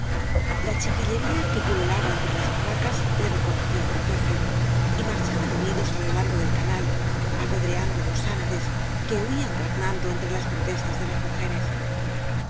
la chiquillería que pululaba entre las barracas le reconocía por jefe y marchaban unidos á lo largo del canal apedreando á los ánades que huían graznando entre las protestas de las mujeres